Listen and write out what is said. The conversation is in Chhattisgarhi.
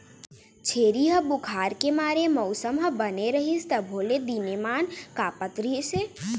छेरी ह बुखार के मारे मउसम ह बने रहिस तभो ले दिनेमान काँपत रिहिस हे